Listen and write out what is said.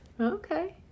Okay